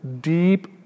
deep